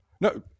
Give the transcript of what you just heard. no